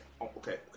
okay